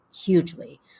hugely